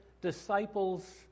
disciples